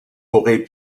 aurait